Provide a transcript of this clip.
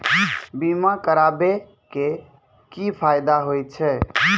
बीमा करबै के की फायदा होय छै?